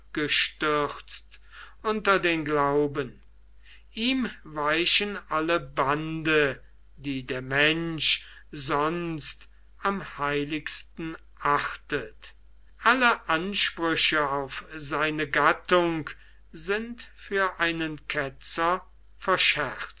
unter den glauben ihm weichen alle bande die der mensch sonst am heiligsten achtet alle ansprüche auf seine gattung sind für einen ketzer verscherzt